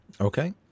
Okay